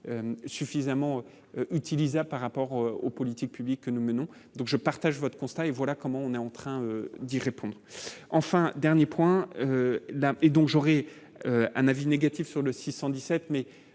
suffisamment utilisée par rapport aux politiques publiques que nous menons donc je partage votre constat et voilà comment on est en train d'y répondre, enfin, dernier point d'et donc j'aurais un avis négatif sur le 600